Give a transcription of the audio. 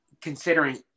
considering